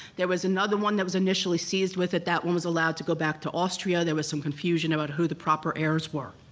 there was another one that was initially seized with it, that one was allowed to go back to austria, there was some confusion about who the proper heirs were.